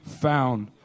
found